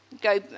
go